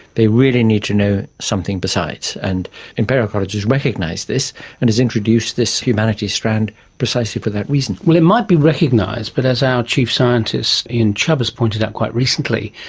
they really need to know something besides. and imperial college has recognised this and has introduced this humanities strand precisely for that reason. well, it might be recognised, but as our chief scientist ian chubb has pointed out quite recently,